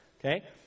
okay